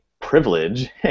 privilege